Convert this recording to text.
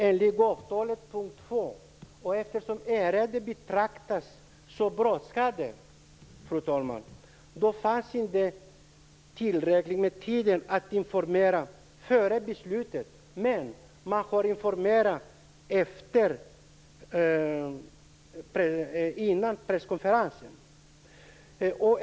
Ärendet betraktades som brådskande, fru talman. Det fanns inte tillräckligt med tid för att man skulle kunna informera före beslutet, men man har informerat före presskonferensen.